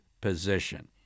position